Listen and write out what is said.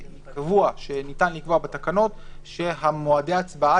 קבוע שניתן לקבוע בתקנות שמועדי ההצבעה